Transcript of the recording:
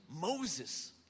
Moses